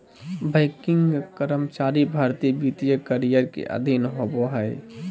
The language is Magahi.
बैंकिंग कर्मचारी भर्ती वित्तीय करियर के अधीन आबो हय